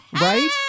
right